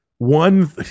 One